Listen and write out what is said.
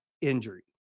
injury